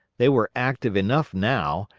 they were active enough now,